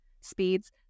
speeds